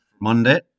Monday